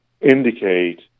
indicate